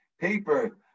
paper